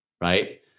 right